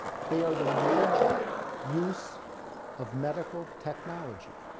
they are the major use of medical technology.